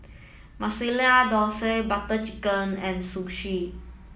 Masala Dosa Butter Chicken and Sushi